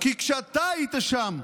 כי כשאתה היית שם,